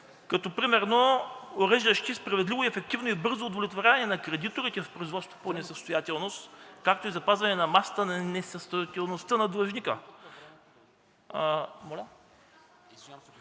като примерно уреждащи справедливо, ефективно и бързо удовлетворяване на кредиторите в производство по несъстоятелност, както и запазване на масата на несъстоятелността на длъжника;